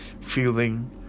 feeling